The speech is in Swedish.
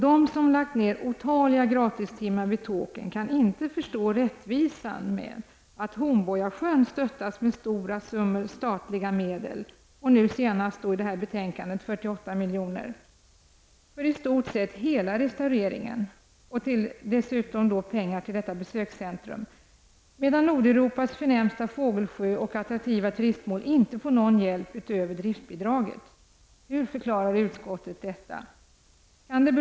De som lagt ned otaliga gratistimmar vid Tåkern kan inte förstå rättvisan med att Hornborgasjön stöttas med stora summor statliga medel -- nu senast i det här betänkandet med 48 milj.kr. -- för i stort sett hela restaureringen och dessutom pengar till detta besökscentrum, medan Nordeuropas förnämsta fågelsjö och attraktiva turistmål inte får någon hjälp utöver drift bidraget. Hur förklarar utskottsmajoriteten detta?